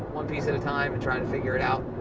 one piece at a time and trying to figure it out.